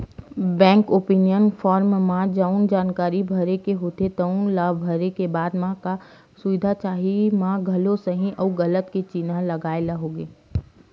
bank opening form म जउन जानकारी भरे के होथे तउन ल भरे के बाद म का का सुबिधा चाही म घलो सहीं अउ गलत के चिन्हा लगाए ल होथे